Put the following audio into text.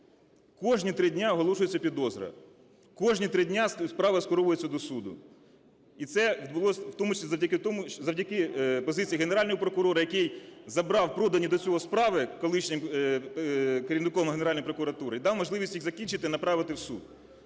Кожні 3 дні оголошується підозра, кожні 3 дні справа скеровується до суду. І це відбулось в тому числі завдяки позиції Генерального прокурора, який забрав продані до цього справи колишнім керівником Генеральної прокуратури і дав можливість їх закінчити і направити в суд.